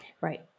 Right